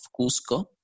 Cusco